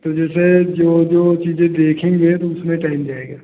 तो जैसे जो जो चीजें देखेंगे तो उसमें टाइम जायेगा